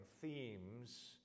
themes